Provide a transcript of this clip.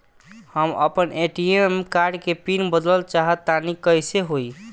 हम आपन ATM card के पीन बदलल चाहऽ तनि कइसे होई?